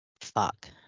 fuck